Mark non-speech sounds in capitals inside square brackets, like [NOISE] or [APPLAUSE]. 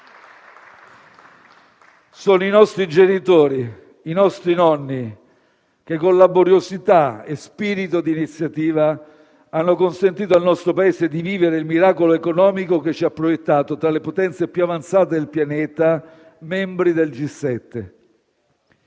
sono i nostri genitori, i nostri nonni, [APPLAUSE] che, con laboriosità e spirito di iniziativa, hanno consentito al nostro Paese di vivere il miracolo economico, che ci ha proiettato tra le potenze più avanzate del pianeta e tra i membri del G7.